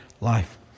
life